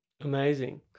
Amazing